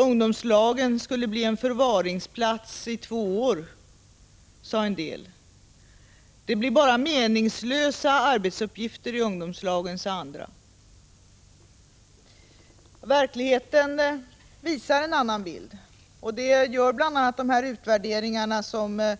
Ungdomslagen skulle bli en förvaringsplats i två år, sade somliga. Det blir bara meningslösa arbetsuppgifter i ungdomslagen, sade andra. Verkligheten visar en annan bild, och det gör bl.a. de utvärderingar som